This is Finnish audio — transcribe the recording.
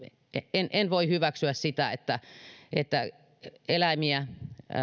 en en voi hyväksyä sitä että että eläimiä